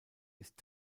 ist